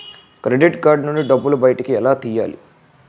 Credit card నుంచి డబ్బు బయటకు ఎలా తెయ్యలి?